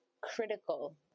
critical